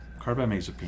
carbamazepine